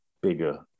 bigger